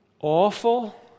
awful